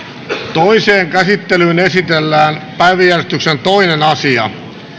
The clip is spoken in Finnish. toiseen käsittelyyn esitellään päiväjärjestyksen toinen asia